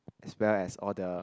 as well as all the